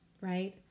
right